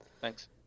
Thanks